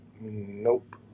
Nope